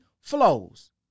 flows